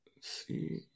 see